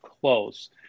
close